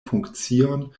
funkcion